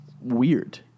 weird